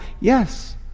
yes